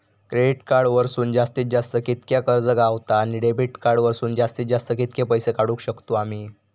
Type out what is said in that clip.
Credit card वरसून जास्तीत जास्त कितक्या कर्ज गावता, आणि डेबिट कार्ड वरसून जास्तीत जास्त कितके पैसे काढुक शकतू आम्ही?